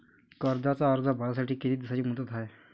कर्जाचा अर्ज भरासाठी किती दिसाची मुदत हाय?